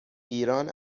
ایران